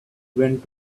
went